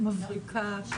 היא מבריקה,